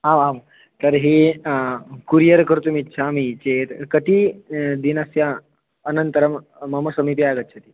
आ आं तर्हि कुरियर् कर्तुमिच्छामि चेत् कति दिनस्य अनन्तरं मम समीपे आगच्छति